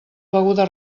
beguda